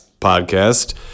podcast